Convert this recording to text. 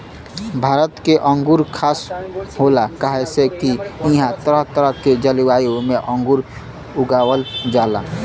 भारत के अंगूर खास होला काहे से की इहां तरह तरह के जलवायु में अंगूर उगावल जाला